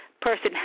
person